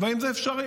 האם זה אפשרי?